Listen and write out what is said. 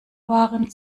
waren